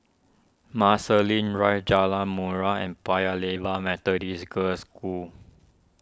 Marsiling Drive Jalan Murai and Paya Lebar Methodist Girls' School